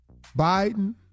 Biden